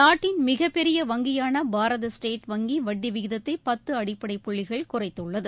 நாட்டின் மிகப்பெரிய வங்கியான பாரத ஸ்டேட் வங்கி வட்டி விகிதத்தை பத்து அடிப்படை புள்ளிகள் குறைத்துள்ளது